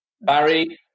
Barry